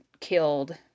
killed